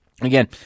again